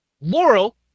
laurel